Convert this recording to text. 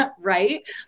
right